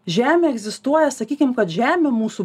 žemė egzistuoja sakykime kad žemė mūsų